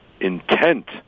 intent